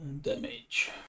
Damage